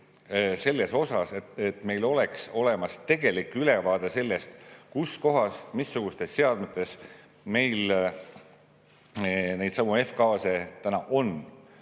sellega, et meil oleks olemas tegelik ülevaade sellest, kus kohas, missugustes seadmetes meil neidsamu F-gaase on